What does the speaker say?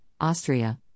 Austria